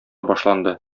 башланды